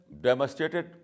demonstrated